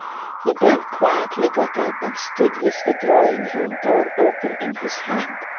he then quietly got up and stood with the drawing-room door open in his hand.